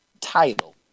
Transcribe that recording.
title